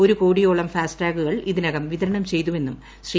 ഒരു കോടിയോളം ഫാസ്ടാഗുകൾ ഇതിനകം വിതരണം ചെയ്തുവെന്നും ശ്രീ